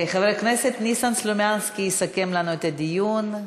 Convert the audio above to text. חבר הכנסת ניסן סלומינסקי יסכם לנו את הדיון.